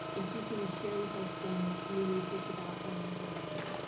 and she's going to share with us some new research about financial wellbeing.